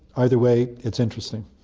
either way, it's interesting.